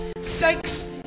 sex